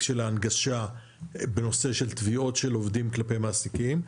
של ההנגשה בנושא של תביעות של עובדים כלפי מעסיקים.